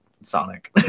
sonic